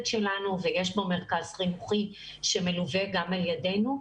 שלנו ויש בו מרכז חינוכי שמלווה גם על ידינו.